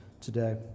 today